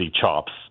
chops